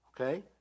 Okay